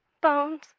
bones